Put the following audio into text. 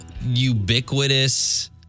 ubiquitous